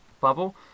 bubble